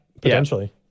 potentially